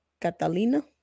Catalina